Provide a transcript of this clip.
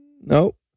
Nope